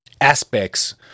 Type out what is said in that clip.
aspects